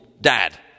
dad